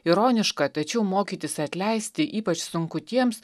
ironiška tačiau mokytis atleisti ypač sunku tiems